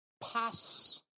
pass